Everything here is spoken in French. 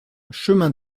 chemin